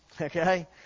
Okay